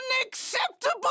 Unacceptable